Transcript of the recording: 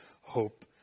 hope